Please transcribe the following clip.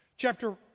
Chapter